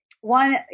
one